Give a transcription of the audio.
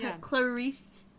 Clarice